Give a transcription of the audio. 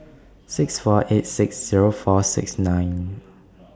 six four eight six Zero four six nine